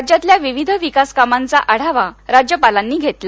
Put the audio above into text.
राज्यातल्या विविध विकास कामांचा आढावा राज्यपालांनी घेतला